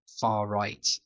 far-right